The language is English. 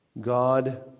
God